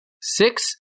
Six